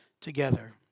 together